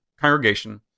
congregation